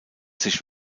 sich